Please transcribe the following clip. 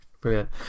brilliant